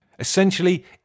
Essentially